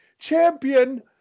champion